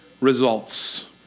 Results